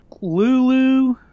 Lulu